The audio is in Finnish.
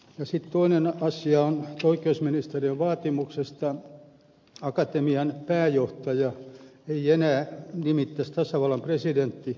sitten toinen asia on että oikeusministeriön vaatimuksesta akatemian pääjohtajaa ei enää nimittäisi tasavallan presidentti vaan valtioneuvosto